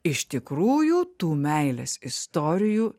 iš tikrųjų tų meilės istorijų